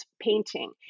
painting